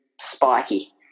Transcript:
spiky